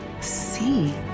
see